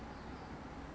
你没有用 sunblock 的 meh